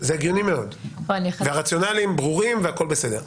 זה הגיוני מאוד והרציונלים ברורים והכול בסדר.